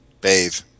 bathe